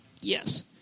Yes